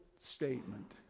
statement